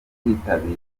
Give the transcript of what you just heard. kwitabira